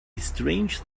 strange